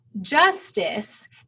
justice